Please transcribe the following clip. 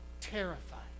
terrified